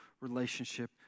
relationship